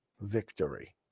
victory